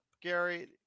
Gary